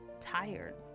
tired